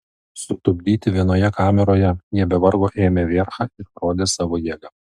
sutupdyti vienoje kameroje jie be vargo ėmė vierchą ir rodė savo jėgą